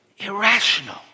irrational